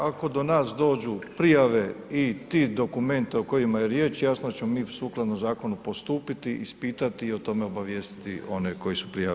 Ako do nas dođu prijave i ti dokumenti o kojima je riječ jasno ćemo mi sukladno zakonu postupiti i ispitati i o tome obavijestiti one koji su prijavili.